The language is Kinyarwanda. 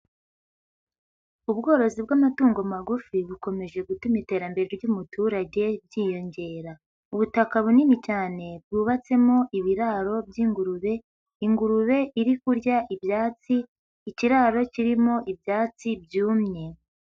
Ubworozi bw'amatungo magufi bukomeje gutuma iterambere ry'umuturage ryiyongera, ubutaka bunini cyane bwubatsemo ibiraro by'ingurube, ingurube iri kurya ibyatsi, ikiraro kirimo ibyatsi byumye.